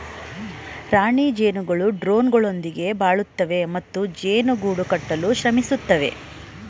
ರಾಣಿ ಜೇನುಗಳು ಡ್ರೋನ್ಗಳೊಂದಿಗೆ ಬಾಳುತ್ತವೆ ಮತ್ತು ಜೇನು ಗೂಡು ಕಟ್ಟಲು ಶ್ರಮಿಸುತ್ತವೆ